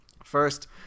First